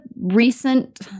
recent